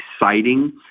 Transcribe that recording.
exciting